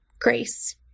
Grace